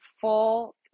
full